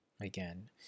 Again